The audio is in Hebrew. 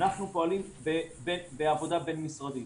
אנחנו פועלים בעבודה בינמשרדית.